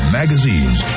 magazines